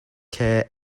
care